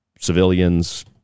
civilians